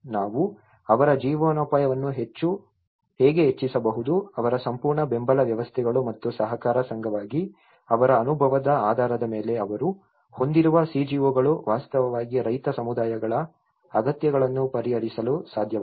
ನಾವು ಅವರ ಜೀವನೋಪಾಯವನ್ನು ಹೇಗೆ ಹೆಚ್ಚಿಸಬಹುದು ಅವರ ಸಂಪೂರ್ಣ ಬೆಂಬಲ ವ್ಯವಸ್ಥೆಗಳು ಮತ್ತು ಸಹಕಾರ ಸಂಘವಾಗಿ ಅವರ ಅನುಭವದ ಆಧಾರದ ಮೇಲೆ ಅವರು ಹೊಂದಿರುವ CGO ಗಳು ವಾಸ್ತವವಾಗಿ ರೈತ ಸಮುದಾಯಗಳ ಅಗತ್ಯಗಳನ್ನು ಪರಿಹರಿಸಲು ಸಾಧ್ಯವಾಯಿತು